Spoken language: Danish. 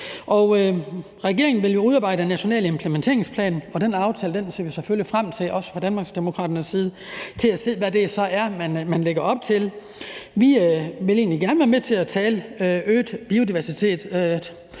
Regeringen vil udarbejde en national implementeringsplan, og den aftale ser vi selvfølgelig også frem til fra Danmarksdemokraternes side i forhold til at se, hvad det så er, man lægger op til. Vi vil egentlig gerne være med til at tale om øget biodiversitet.